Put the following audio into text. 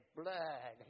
blood